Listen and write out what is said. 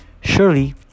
Surely